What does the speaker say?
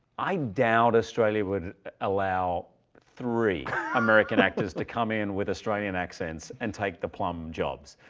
i doubt australia would allow three american actors to come in with australian accents and take the plumb jobs,